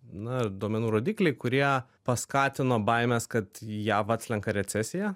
na duomenų rodikliai kurie paskatino baimes kad į jav atslenka recesija